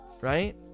right